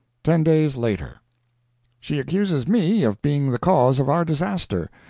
ten days later she accuses me of being the cause of our disaster!